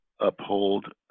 uphold